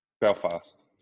Belfast